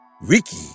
Ricky